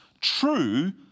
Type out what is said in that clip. true